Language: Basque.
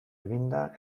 eginda